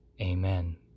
Amen